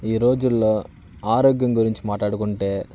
ఈ రోజుల్లో ఆరోగ్యం గురించి మాట్లాడుకుంటే